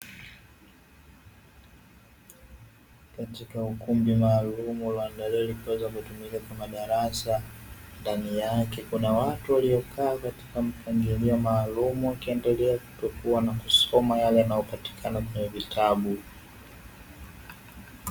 Katika ukumbi maalumu ulioandaliwa ili kuweza kutumika kama darasa, ndani yake kuna watu waliokaa katika mpangilio maalumu wakiendelea kupekua na kusoma yale yanayopatikana kwenye vitabu.